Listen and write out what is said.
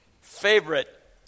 favorite